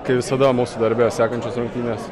kaip visada mūsų darbe sekančios rungtynės